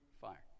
fire